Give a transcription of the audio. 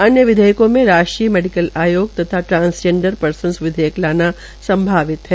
अन्य विधेयकों में राष्ट्रीय मेडिकल आयोग तथा ट्रांस्जेंडर पर्सन विधेयक लाना संभावित है